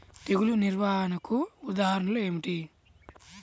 తెగులు నిర్వహణకు ఉదాహరణలు ఏమిటి?